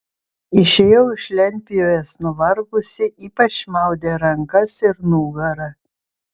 išėjau iš lentpjūvės nuvargusi ypač maudė rankas ir nugarą